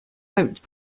remote